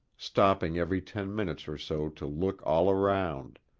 stopping every ten minutes or so to look all around.